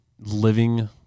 living